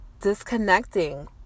disconnecting